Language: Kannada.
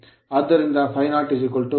ಆದ್ದರಿಂದ ∅0 ∅1